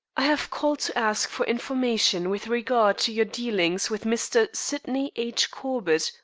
i have called to ask for information with regard to your dealings with mr. sydney h. corbett,